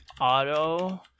Auto